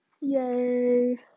Yay